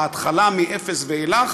ההתחלה מהלידה ואילך,